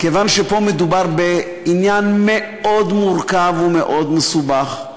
כיוון שפה מדובר בעניין מאוד מורכב ומאוד מסובך,